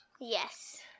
Yes